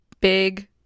big